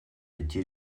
идти